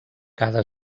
cada